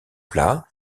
plats